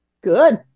Good